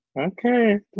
Okay